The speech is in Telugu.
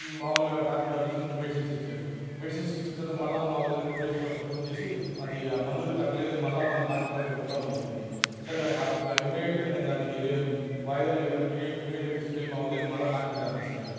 మాములుగా డాక్టర్ గారు చూసి మెడిసిన్స్ ఇచ్చాడు మెడిసిన్స్ ఇచ్చిన తరవాత మళ్ళా మా వదిన టూ డేస్ తరవాత ఫోన్ చేసి అది ఆ మందులకు తగ్గలేదు మళ్ళా మనం డాక్టర్ దగ్గరికి పోదాం అని చెప్పింది సరే ఇమ్మీడియేట్గా నేన్ దానికి రే వాయిదా లేకుండా ఇమ్మీడియేట్గా తీసుకెళ్ళి మా వదిన్ని మళ్ళా డాక్టర్ గారి తీసుకెళ్లాను